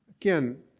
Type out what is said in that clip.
Again